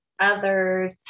others